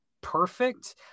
perfect